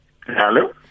hello